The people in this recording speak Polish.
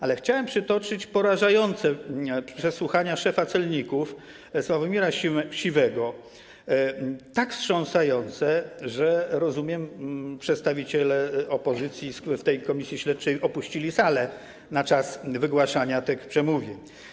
Ale chciałem przytoczyć porażające przesłuchanie szefa celników Sławomira Siwego, tak wstrząsające, że przedstawiciele opozycji w komisji śledczej opuścili salę na czas wygłaszania tego przemówienia.